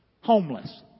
homeless